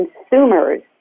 consumers